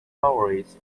discoveries